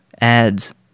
ads